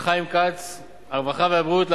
הרווחה והבריאות,